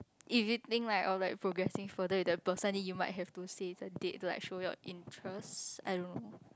if you think like of like progressing further with the person then you might have to say it's a date like show your interest I don't know